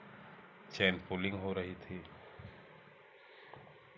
चैन pulling हो रही थी